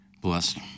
Blessed